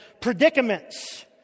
predicaments